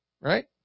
Right